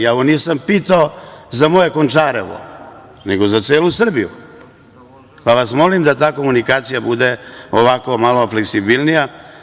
Ja ovo nisam pitao za moje Končarevo, nego za celu Srbiju, pa vas molim da ta komunikacija bude ovako malo fleksibilnija.